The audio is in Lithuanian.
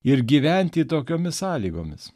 ir gyventi tokiomis sąlygomis